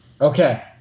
Okay